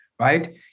right